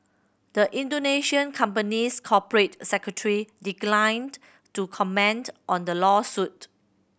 the Indonesian company's corporate secretary declined to comment on the lawsuit